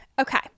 okay